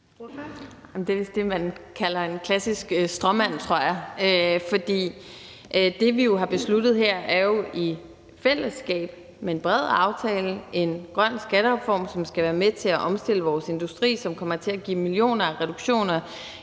Det er vist det, man kalder en klassisk stråmand, tror jeg. For det, vi i fællesskab har besluttet her, er jo at lave en bred aftale om en grøn skattereform, som skal være med til at omstille vores industri, og som kommer til at give millioner af reduktioner